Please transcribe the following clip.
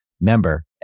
Member